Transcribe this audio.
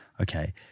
Okay